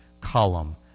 column